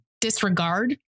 disregard